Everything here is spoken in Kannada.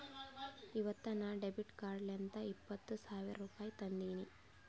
ಇವತ್ ನಾ ಡೆಬಿಟ್ ಕಾರ್ಡ್ಲಿಂತ್ ಇಪ್ಪತ್ ಸಾವಿರ ರುಪಾಯಿ ತಂದಿನಿ